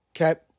okay